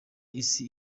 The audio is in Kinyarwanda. isi